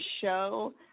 show